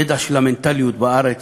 ידע של המנטליות בארץ,